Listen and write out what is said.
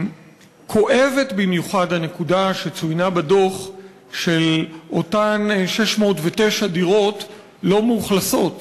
כואבת במיוחד הנקודה שצוינה בדוח על אותן 609 דירות שלא מאוכלסות